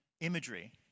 imagery